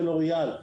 של לוריאל,